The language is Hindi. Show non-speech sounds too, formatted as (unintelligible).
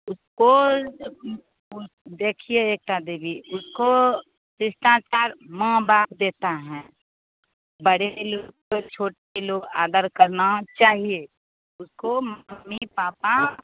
(unintelligible) उसको (unintelligible) देखिए एकता देवी उसको शिष्टाचार माँ बाप देते हैं बड़े लोग छोटे लोग आदर करना चाहिए उसको मम्मी पापा